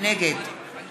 נגד צחי הנגבי,